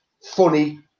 funny